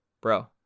bro